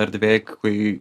erdvėj kai